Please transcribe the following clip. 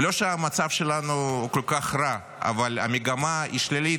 לא שהמצב שלנו כל כך רע, אבל המגמה היא שלילית.